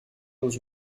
dans